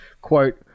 Quote